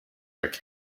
rick